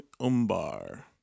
Umbar